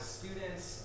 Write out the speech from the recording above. students